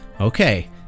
okay